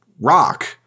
rock